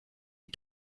les